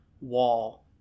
wall